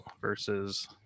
versus